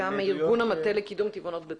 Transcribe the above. אתה מארגון המטה לקידום טבעונות בצה"ל.